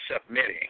submitting